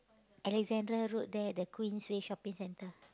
Alexandra-Road there the Queensway-Shopping-Center